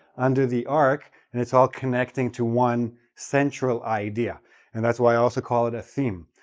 under the arc, and it's all connecting to one central idea and that's why i also call it a theme.